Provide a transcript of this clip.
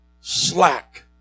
slack